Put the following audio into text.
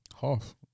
Half